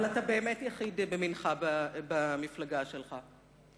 אבל אתה באמת יחיד במינך במפלגה שלך,